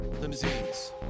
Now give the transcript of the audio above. Limousines